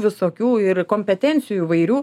visokių ir kompetencijų įvairių